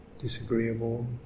Disagreeable